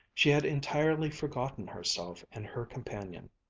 she had entirely forgotten herself and her companion.